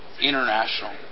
international